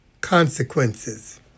consequences